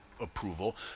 approval